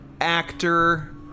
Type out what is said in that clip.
Actor